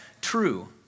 true